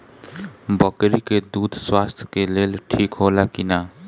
बकरी के दूध स्वास्थ्य के लेल ठीक होला कि ना?